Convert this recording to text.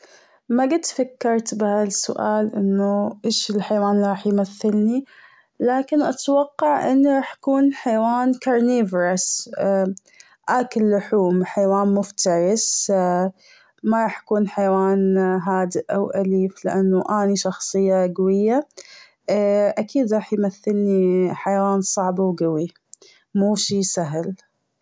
ما قد فكرت بهالسؤال انه ايش الحيوان اللي رح يمثلني لكن اتوقع اني رح اكون حيوان Carnivore آكل لحوم حيوان مفترس. ما رح اكون حيوان هادي أو أليف لأنهأاني شخصية قوية أكيد رح يمثلني حيوان صعب و قوي، مو شي سهل.